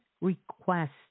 request